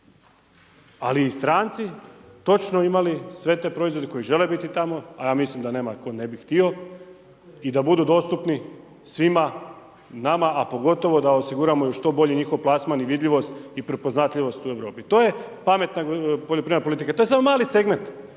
ali i stranci točno imali sve te proizvode koji žele biti tamo a ja mislim da nema tko ne bi htio i da budu dostupni svima nama a pogotovo da osiguramo i što bolji njihov plasman i vidljivost i prepoznatljivost u Europi. To je pametna poljoprivredna politika, to je samo mali segment.